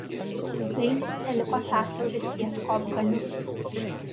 ilgainiui teliko sąsiauris ties kopgaliu